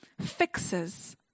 fixes